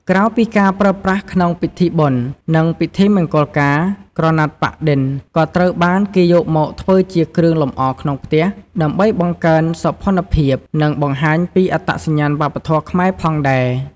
ក្រៅពីការប្រើប្រាស់ក្នុងពិធីបុណ្យ និងពិធីមង្គលការ ក្រណាត់ប៉ាក់-ឌិន ក៏ត្រូវបានគេយកមកធ្វើជា គ្រឿងលម្អក្នុងផ្ទះ ដើម្បីបង្កើនសោភ័ណភាព និងបង្ហាញពីអត្តសញ្ញាណវប្បធម៌ខ្មែរផងដែរ។